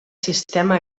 sistema